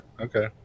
Okay